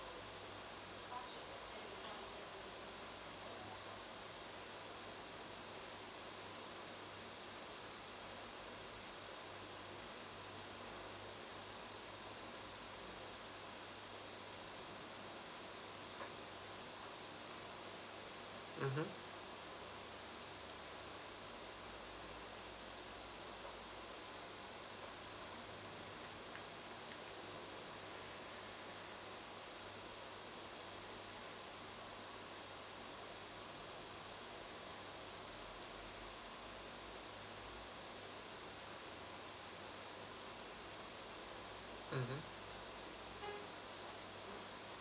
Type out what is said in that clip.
mmhmm mmhmm